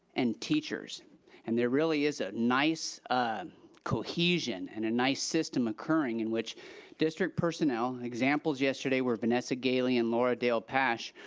and teachers and there really is a nice um cohesion and a nice system occurring in which district personnel, examples yesterday were vanessa galey and laura dale-pash,